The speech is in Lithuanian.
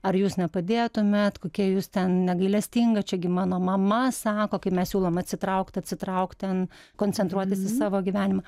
ar jūs nepadėtumėt kokie jūs ten negailestingi čia gi mano mama sako kai mes siūlom atsitraukt atsitraukt ten koncentruotis į savo gyvenimą